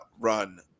run